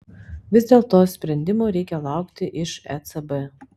vis dėlto sprendimo reikia laukti iš ecb